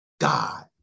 God